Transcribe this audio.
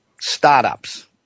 startups